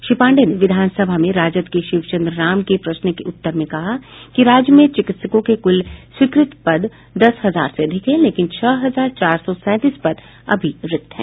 श्री पांडेय ने विधान सभा में राजद के शिवचंद्र राम के प्रश्न के उत्तर में कहा कि राज्य में चिकित्सकों के कुल स्वीकृत पद दस हजार से अधिक हैं लेकिन छह हजार चार सौ सैंतीस पद अभी रिक्त हैं